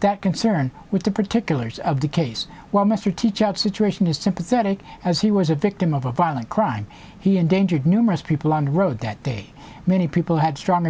that concern with the particulars of the case while mr teachout situation is sympathetic as he was a victim of a violent crime he endangered numerous people on the road that day many people had strong